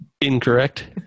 Incorrect